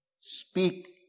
Speak